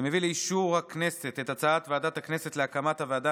אני מביא לאישור הכנסת את הצעת ועדת הכנסת להקמת הוועדה